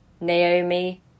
Naomi